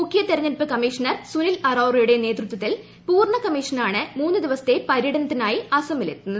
മുഖ്യ തെരഞ്ഞെടുപ്പ് കമ്മീഷ്ഠൺർ സുനിൽ അറോറയുടെ നേതൃത്വത്തിൽ പൂർണ്ണ കമ്മിഷ്രനാണ് മൂന്നു ദിവസത്തെ പര്യടനത്തിനായി അസ്സമില്ലെത്തുന്നത്